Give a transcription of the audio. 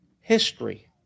history